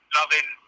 loving